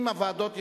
אם הוועדות יכולות,